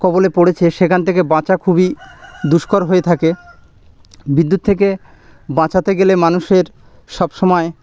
কবলে পড়েছে সেখান থেকে বাঁচা খুবই দুষ্কর হয়ে থাকে বিদ্যুৎ থেকে বাঁচাতে গেলে মানুষের সব সময়